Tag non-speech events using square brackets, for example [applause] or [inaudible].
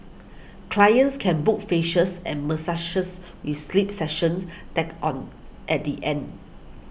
clients can book facials and [unintelligible] with sleep sessions tacked on at the end